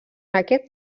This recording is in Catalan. aquest